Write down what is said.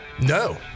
No